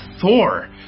Thor